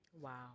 Wow